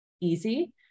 easy